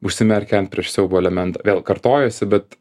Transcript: užsimerkiant prieš siaubo elementą vėl kartojuosi bet